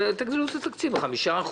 תגדילו את התקציב ב-5%.